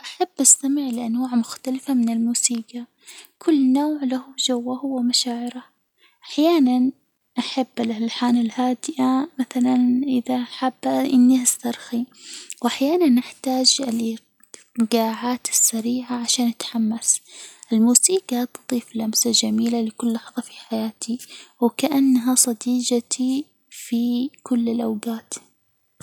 أحب اأستمع لأنواع مختلفة من الموسيقى، كل نوع له جوه ومشاعره، أحيانًا أحب الألحان الهادئة مثلاً إذا حابه إني أسترخي، وأحيانًا أحتاج الإيجاعات السريعة عشان أتحمس، الموسيجى تضيف لمسة جميلة لكل لحظة في حياتي، وكأنها صديجتي في كل الأوجات.